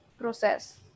process